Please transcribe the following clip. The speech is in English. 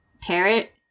parrot